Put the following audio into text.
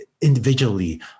individually